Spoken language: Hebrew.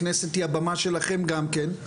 הכנסת היא הבמה שלכם גם כן.